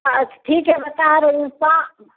अच ठीक है बात देंगे सा